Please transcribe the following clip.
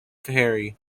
ferry